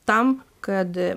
tam kad